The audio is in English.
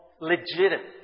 legitimate